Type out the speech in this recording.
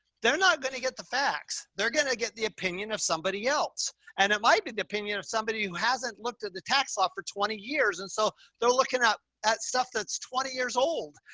they're not going to get the facts. they're going to get the opinion of somebody else. and it might be the opinion of somebody who hasn't looked at the tax law for twenty years. and so they're looking up at stuff that's twenty years old.